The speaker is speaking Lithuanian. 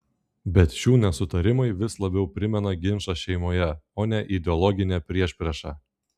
bet šių nesutarimai vis labiau primena ginčą šeimoje o ne ideologinę priešpriešą